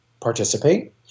participate